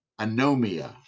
anomia